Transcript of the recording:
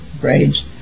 grades